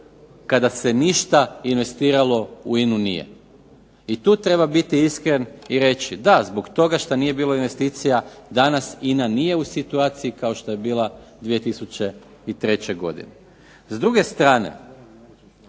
kada se ništa investiralo u INA-u nije. I tu treba biti iskren i reći, da zbog toga što nije bilo investicija danas INA nije u situaciji kao što je bila 2003. godine. S druge strane,